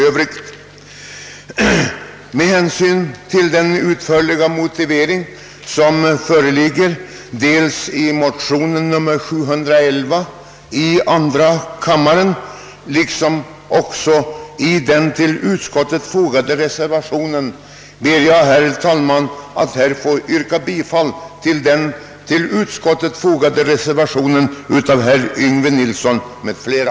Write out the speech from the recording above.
Med hänsyn till den utförliga motivering som föreligger dels i denna motion, dels i den till utskottets betänkande fogade reservationen ber jag, herr talman, att få yrka bifall till reservationen av herr Yngve Nilsson m.fl.